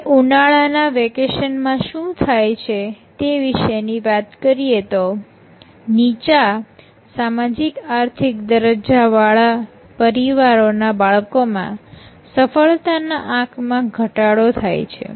હવે ઉનાળાના વેકેશનમાં શું થાય છે તે વિશેની વાત કરીએ તો નીચા સામાજિક આર્થિક દરજ્જા વાળા પરિવારોના બાળકોમાં સફળતા ના આંકમાં ઘટાડો થાય છે